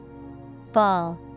Ball